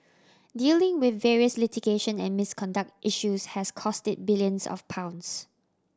dealing with various litigation and misconduct issues has cost it billions of pounds